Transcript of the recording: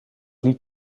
niet